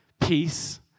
peace